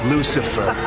Lucifer